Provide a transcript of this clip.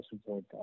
support